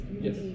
Yes